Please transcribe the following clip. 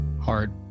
hard